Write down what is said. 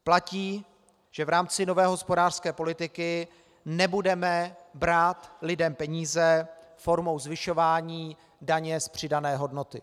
Platí, že v rámci nové hospodářské politiky nebudeme brát lidem peníze formou zvyšování daně z přidané hodnoty.